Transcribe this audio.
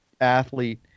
athlete